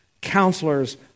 counselors